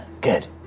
Good